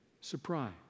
surprise